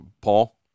Paul